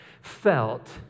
felt